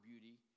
beauty